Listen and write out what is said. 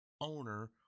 owner